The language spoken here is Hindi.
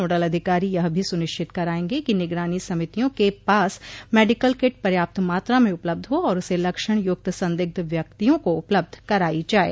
नोडल अधिकारी यह भी सुनिश्चित करायेंगे कि निगरानी समितियों के पास मेडिकल किट पर्याप्त मात्रा में उपलब्ध हो और उसे लक्षण युक्त संदिग्ध व्यक्तियों को उपलब्ध करायी जाये